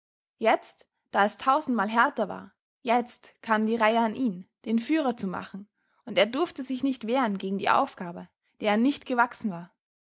jetzt da es tausendmal härter war jetzt kam die reihe an ihn den führer zu machen und er durfte sich nicht wehren gegen die aufgabe der er nicht gewachsen war